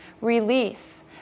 release